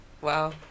Wow